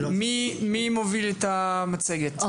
מי מוביל את המצגת?